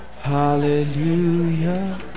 Hallelujah